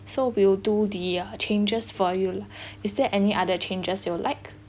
so we'll do the uh changes for you lah is there any other changes you'll like